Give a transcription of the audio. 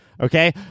Okay